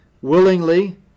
willingly